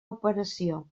operació